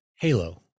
Halo